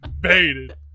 Baited